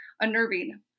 unnerving